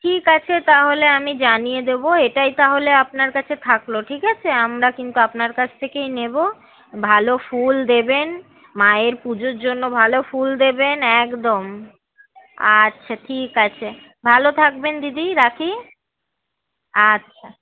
ঠিক আছে তাহলে আমি জানিয়ে দেবো এটাই তাহলে আপনার কাছে থাকল ঠিক আছে আমরা কিন্তু আপনার কাছ থেকেই নেব ভালো ফুল দেবেন মায়ের পুজোর জন্য ভালো ফুল দেবেন একদম আচ্ছা ঠিক আছে ভালো থাকবেন দিদি রাখি আচ্ছা